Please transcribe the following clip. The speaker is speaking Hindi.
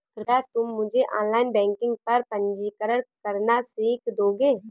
कृपया तुम मुझे ऑनलाइन बैंकिंग पर पंजीकरण करना सीख दोगे?